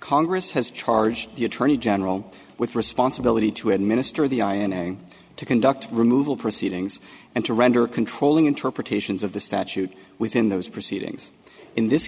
congress has charged the attorney general with responsibility to administer the ins to conduct removal proceedings and to render controlling interpretations of the statute within those proceedings in this